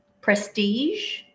prestige